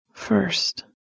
First